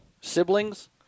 siblings